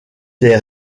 des